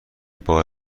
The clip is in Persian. بار